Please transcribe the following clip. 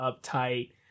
uptight